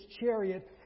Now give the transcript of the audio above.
chariot